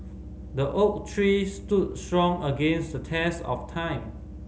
the oak tree stood strong against the test of time